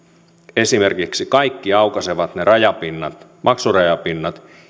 esimerkiksi kaikki aukaisevat ne maksurajapinnat